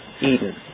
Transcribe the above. Eden